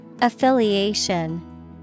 Affiliation